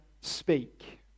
speak